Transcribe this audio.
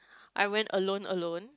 I went alone alone